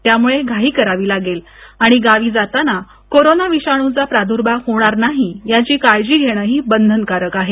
त्यामुळे घाई करावी लागेल आणि गावी जाताना कोरोना विषाणूचा प्रादुर्भाव होणार नाही याची काळजी घेणंही बंधनकारक आहे